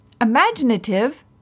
Imaginative